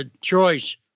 choice